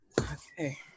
Okay